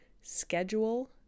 schedule